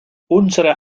unsere